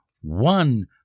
one